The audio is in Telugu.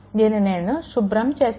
దీనిని నేను శుభ్రం చేస్తాను